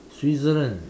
Switzerland